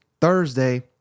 Thursday